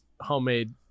homemade